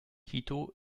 quito